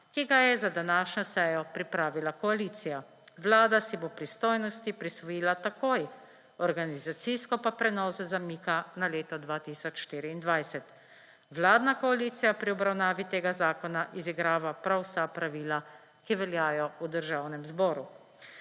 ki ga je za današnjo sejo pripravila koalicija. Vlada si bo pristojnosti prisvojila takoj, organizacijsko pa prenos zamika na leto 2024. Vladna koalicija pri obravnavi tega zakona izigrava prav vsa pravila, ki veljajo v Državnem zboru.